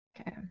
Okay